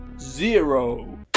Zero